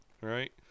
right